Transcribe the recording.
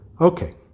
Okay